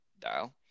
dial